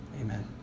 Amen